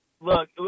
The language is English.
Look